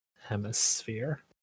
hemisphere